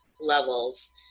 levels